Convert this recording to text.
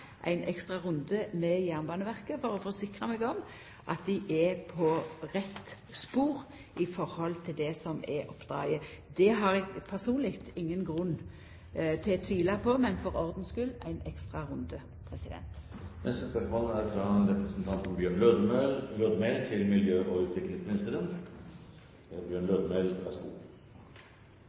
ein ekstra runde med Jernbaneverket for å forsikra meg om at dei er på rett spor i forhold til det som er oppdraget. Det har eg personleg ingen grunn til å tvila på, men for ordens skuld: ein ekstra runde. Dette spørsmålet er utsatt til neste spørretime. Spørsmål 6 vil bli besvart senere. «Grunneigarane i Skrautvål sameige, Steinsetbygda sameige og